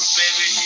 baby